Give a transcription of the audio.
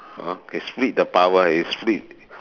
hor can split the power eh you split